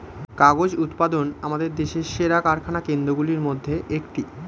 কাগজ উৎপাদন আমাদের দেশের সেরা কারখানা কেন্দ্রগুলির মধ্যে একটি